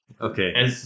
Okay